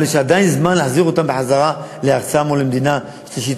אבל יש עדיין זמן להחזיר אותם לארצם או למדינה שלישית,